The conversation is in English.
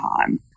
time